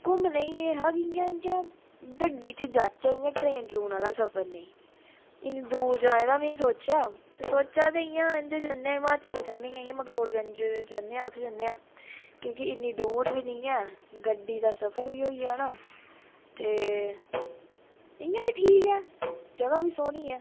घूमने गी एह् हा कि इया इयां गड्डी च जाचै इयां ट्रैन आहला सफर नेईं इन्नी दूर जाना ते में सोचेआ सोचा दै ही कि इद्धर जन्ने आं हिमाचल जन्ने आं मकलोडगंज जन्ने आं उत्थै जन्ने कि के इन्नी दूर बी नेईं है गड्डी दा सफर बी होई जाना ते इयां बी ठीक ऐ जगा बी सोहनी ऐ